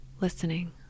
listening